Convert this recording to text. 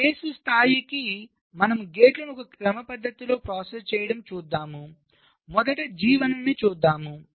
ఈ కేసు స్థాయికి మనము గేట్లను ఒక క్రమపద్ధతిలో ప్రాసెస్ చేయడం చూద్దాము మొదట G1 ని చూద్దాం